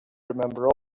remember